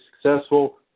successful